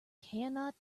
cannot